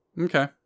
Okay